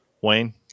Wayne